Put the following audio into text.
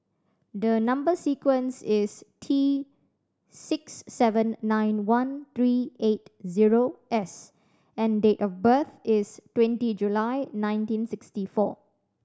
the number sequence is T six seven nine one three eight zero S and date of birth is twenty July nineteen sixty four